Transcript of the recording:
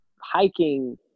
hiking